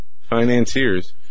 financiers